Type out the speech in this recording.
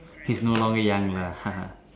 he is no longer young lah